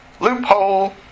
Loophole